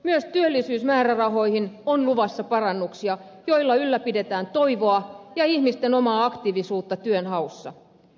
myös työllisyysmäärärahoihin on luvassa parannuksia joilla ylläpidetään toivoa ja ihmisten omaa aktiivisuutta työnhaussa